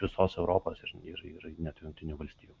visos europos ir ir ir net jungtinių valstijų